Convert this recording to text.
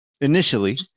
initially